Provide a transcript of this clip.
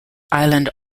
island